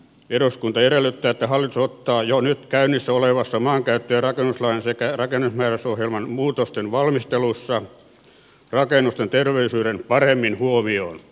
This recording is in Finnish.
eduskunta edellyttää että hallitus ottaa jo nyt käynnissä olevassa maankäyttö ja rakennuslain sekä rakentamismääräyskokoelman muutosten valmistelussa rakennusten terveellisyyden paremmin huomioon ja niin edelleen